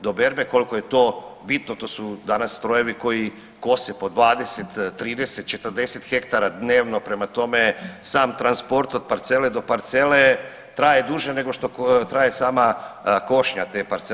do berbe kolko je to bitno, to su danas strojevi koji kose po 20, 30, 40 hektara dnevno, prema tome sam transport od parcele do parcele traje duže nego što traje sama košnja te parcele.